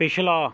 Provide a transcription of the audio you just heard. ਪਿਛਲਾ